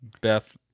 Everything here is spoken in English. Beth